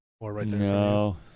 No